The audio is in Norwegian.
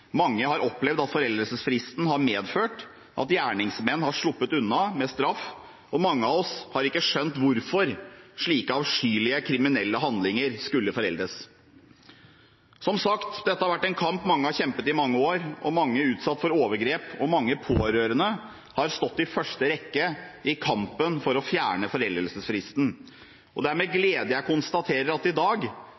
Mange har opplevd at foreldelsesfristen har medført at gjerningsmenn har sluppet unna straff, og mange av oss har ikke skjønt hvorfor slike avskyelige, kriminelle handlinger skulle foreldes. Som sagt: Dette har vært en kamp mange har kjempet i mange år, og mange som har blitt utsatt for overgrep, og mange pårørende har stått i første rekke i kampen for å fjerne foreldelsesfristen. Det er med